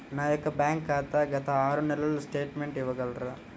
నా యొక్క బ్యాంక్ ఖాతా గత ఆరు నెలల స్టేట్మెంట్ ఇవ్వగలరా?